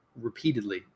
repeatedly